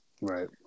right